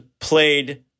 played